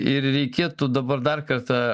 ir reikėtų dabar dar kartą